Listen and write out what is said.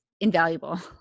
invaluable